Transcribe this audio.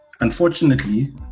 unfortunately